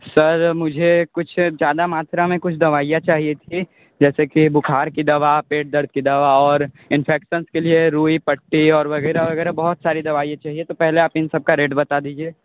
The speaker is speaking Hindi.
सर मुझे कुछ ज़्यादा मात्रा में कुछ दवाइयाँ चाहिए थी जैसे कि बुखार कि दवा पेट दर्द कि दवा और इन्फेक्शन्स के लिए रूई पट्टी और वगैरह वगैरह बहुत सारी दवाइयाँ चाहिए तो पहले आप इन सबका रेट बता दीजिए